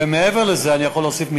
ומעבר לזה אני יכול להוסיף,